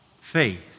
Faith